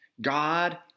God